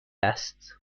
است